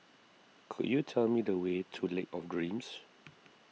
could you tell me the way to Lake of Dreams